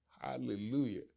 Hallelujah